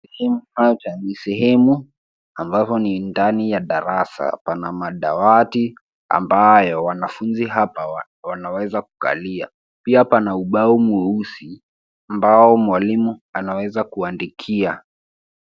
Ni sehemu alafu ni ndani ya darasa. Pana madawati ambayo wanafunzi hapa wanaweza kukalia. Pia pana ubao mweusi ambao mwalimu anaweza kuandikia.